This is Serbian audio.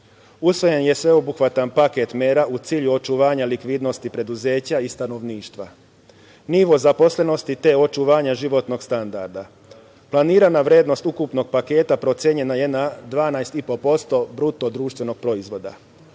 korona. Usvojen je sveobuhvatan paket mera u cilju očuvanja likvidnosti preduzeća i stanovništva, nivoa zaposlenosti te očuvanja životnog standarda. Planirana vrednost ukupnog paketa procenjena je na 12,5% BDP. Ukupan paket